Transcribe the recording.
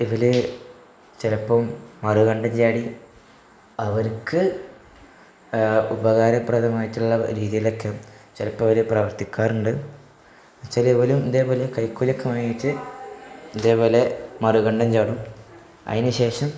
ഇതില് ചിലപ്പോള് മറ് കണ്ടം ചാടി അവർക്ക് ഉപകാരപ്രദമായിട്ടുള്ള രീതിയിലൊക്കെ ചിലപ്പോള് അവര് പ്രവത്തിക്കാറുണ്ട് വെച്ചാല് ഇവലും ഇതേപോലെ കൈക്കൂലിയൊക്കെ വാങ്ങിച്ച് ഇതേപോലെ മറുകണ്ടം ചാടും അതിനു ശേഷം